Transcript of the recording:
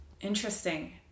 Interesting